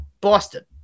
Boston